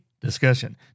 Discussion